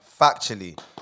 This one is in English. Factually